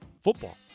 football